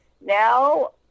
Now